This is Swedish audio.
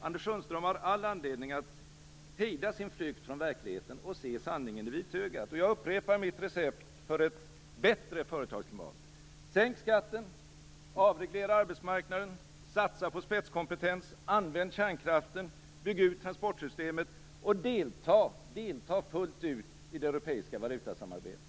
Anders Sundström har all anledning att hejda sin flykt från verkligheten och se sanningen i vitögat. Jag upprepar därför mitt recept för ett bättre företagsklimat: Sänk skatten, avreglera arbetsmarknaden, satsa på spetskompetens, använd kärnkraften, bygg ut transportsystemet, och delta fullt ut i det europeiska valutasamarbetet!